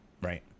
right